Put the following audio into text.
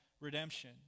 redemption